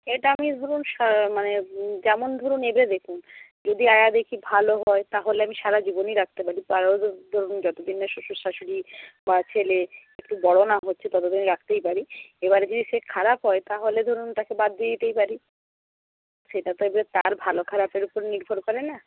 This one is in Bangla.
আপনি ধরুন মানে যেমন ধরুন এবার দেখুন যদি আয়া দেখি ভালো হয় তাহলে আমি সারাজীবনই রাখতে পারি কারণ ধরুন যতদিন না শ্বশুর শাশুড়ি বা ছেলে একটু বড়ো না হচ্ছে ততদিন রাখতেই পারি এবার যদি সে খারাপ হয় তাহলে ধরুন তাকে বাদ দিয়ে দিতেই পারি সেটা তো এবার তার ভালোখারাপের ওপরে নির্ভর করে না